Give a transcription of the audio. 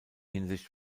hinsicht